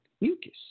Mucus